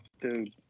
Dude